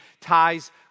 ties